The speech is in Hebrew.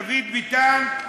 דוד ביטן,